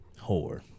Whore